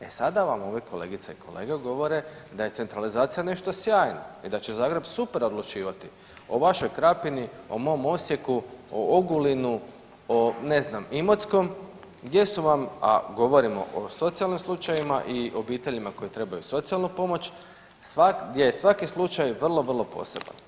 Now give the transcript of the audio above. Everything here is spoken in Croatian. E sada vam moje kolegice i kolege govore da je centralizacija nešto sjajno i da će Zagreb super odlučivati o vašoj Krapini, o mom Osijeku, o Ogulinu o ne znam Imotskom gdje su vam, a govorimo o socijalnim slučajevima i obiteljima koje trebaju socijalnu pomoć, gdje je svaki slučaj vrlo, vrlo poseban.